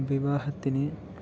വിവാഹത്തിന്